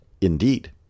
Indeed